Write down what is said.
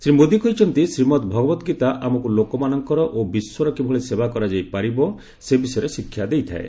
ଶ୍ରୀ ମୋଦୀ କହିଛନ୍ତି ଶ୍ରୀମଦ୍ ଭଗବତ ଗୀତା ଆମକ୍ର ଲୋକମାନଙ୍କର ଓ ବିଶ୍ୱର କିଭଳି ସେବା କରାଯାଇ ପାରିବ ସେ ବିଷୟରେ ଶିକ୍ଷା ଦେଇଥାଏ